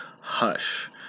Hush